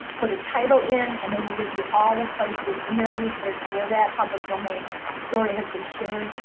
put a title in, and they will give you all the places in their research where that public domain story has been shared,